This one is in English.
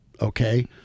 okay